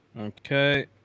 Okay